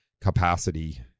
capacity